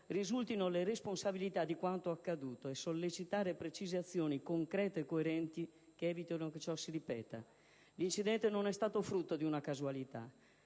risultino le responsabilità di quanto accaduto e sollecitare precise azioni concrete e coerenti che evitino che ciò si ripeta. L'incidente non è stato frutto di una causalità,